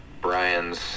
Brian's